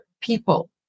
people